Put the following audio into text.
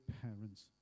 parents